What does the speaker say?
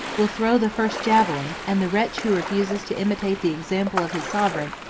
will throw the first javelin, and the wretch who refuses to imitate the example of his sovereign,